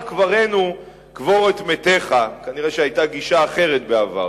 קברינו קבר את מתך" כנראה היתה גישה אחרת בעבר